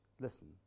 Listen